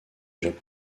japon